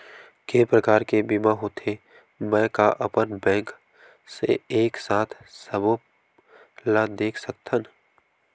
के प्रकार के बीमा होथे मै का अपन बैंक से एक साथ सबो ला देख सकथन?